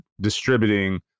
distributing